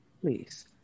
Please